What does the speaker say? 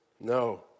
No